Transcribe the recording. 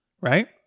right